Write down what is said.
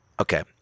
Okay